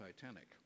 Titanic